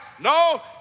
No